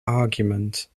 argument